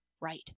right